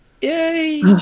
Yay